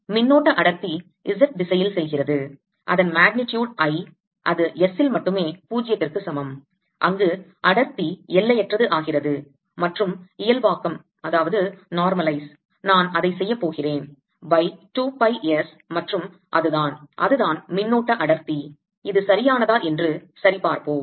மின்னோட்ட அடர்த்தி Z திசையில் செல்கிறது அதன் magnitude I அது S இல் மட்டுமே 0 ற்கு சமம் அங்கு அடர்த்தி எல்லையற்றது ஆகிறது மற்றும் இயல்பாக்க நான் அதை செய்ய போகிறேன் by 2 pi S மற்றும் அது தான் அது தான் மின்னோட்ட அடர்த்தி இது சரியானதா என்று சரிபார்ப்போம்